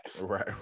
Right